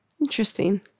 Interesting